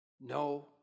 no